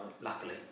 luckily